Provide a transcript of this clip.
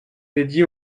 dédié